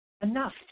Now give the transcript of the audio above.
enough